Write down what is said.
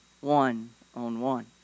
one-on-one